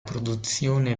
produzione